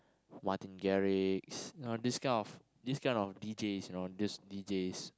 Martin-Garrix